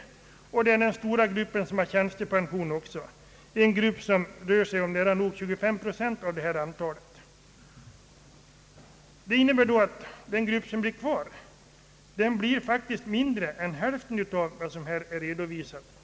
Därtill kommer den stora gruppen — nära 25 procent av hela antalet — som också har tjänstepension. Detta innebär att den grupp som blir kvar faktiskt uppgår till mindre än hälften av vad utskottet redovisat.